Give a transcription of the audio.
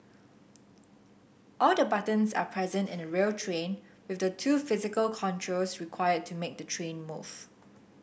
all the buttons are present in a real train with the two physical controls required to make the train move